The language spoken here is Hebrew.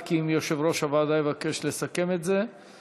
אלא אם כן יושב-ראש הוועדה יבקש לסכם את הדיון.